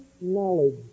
knowledge